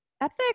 Epic